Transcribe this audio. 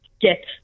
get